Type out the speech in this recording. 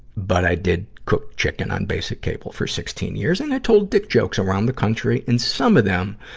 but i did cook chicken on basic cable for sixteen years and i told dick jokes around the country, and some of them,